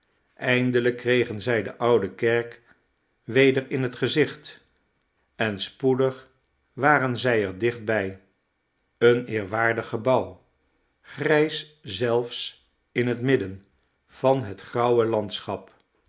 eindelijk kregen zij de oude kerk weder in het gezicht en spoedig waren zij er dichtbij een eerwaardig gebouw grijs zelfs te midden van het grauwe landschap